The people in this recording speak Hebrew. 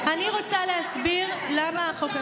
אני רוצה להסביר למה החוק,